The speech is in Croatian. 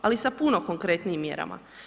Ali sa puno konkretnijim mjerama.